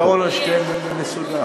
בעיקרון, על שתיהן במסודר.